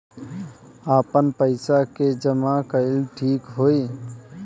आपन पईसा के जमा कईल ठीक होई?